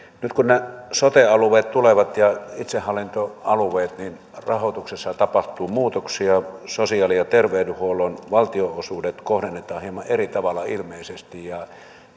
nyt kun nämä sote alueet ja itsehallintoalueet tulevat niin rahoituksessa tapahtuu muutoksia sosiaali ja terveydenhuollon valtionosuudet kohdennetaan hieman eri tavalla ilmeisesti ja